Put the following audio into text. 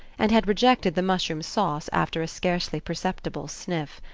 and had rejected the mushroom sauce after a scarcely perceptible sniff.